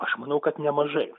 aš manau kad nemažai